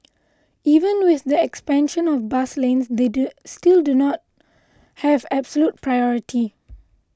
even with the expansion of bus lanes they still do not have absolute priority